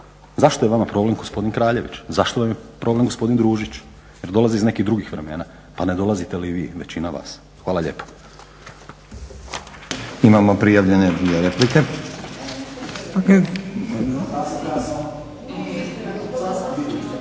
zašto je vama problem gospodin Kraljević, zašto vam je problem gospodin Družić jer dolazi iz nekih drugih vremena. Pa ne dolazite li vi većina vas? Hvala lijepo.